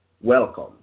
welcome